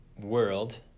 world